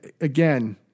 again